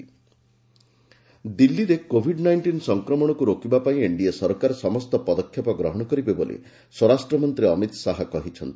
necessary steps ଦିଲ୍ଲୀରେ COVID nineteen ସଂକ୍ରମଣକୁ ରୋକିବା ପାଇଁ ଏନ୍ଡିଏ ସରକାର ସମସ୍ତ ପଦକ୍ଷେପ ଗ୍ରହଣ କରିବେ ବୋଲି ସ୍ୱରାଷ୍ଟ୍ରମନ୍ତ୍ରୀ ଅମିତ ଶାହା କହିଛନ୍ତି